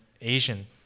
Asian